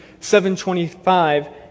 7.25